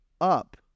up